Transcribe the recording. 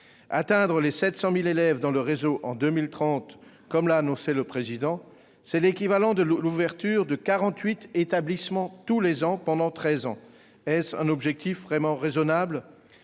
Atteindre les 700 000 élèves dans le réseau en 2030, comme l'a annoncé le Président de la République, c'est l'équivalent de l'ouverture de quarante-huit établissements tous les ans pendant treize ans. Est-ce un objectif vraiment raisonnable ?